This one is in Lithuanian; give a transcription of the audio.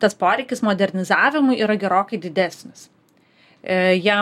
tas poreikis modernizavimui yra gerokai didesnis